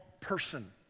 person